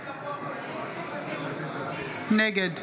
נגד